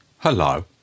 Hello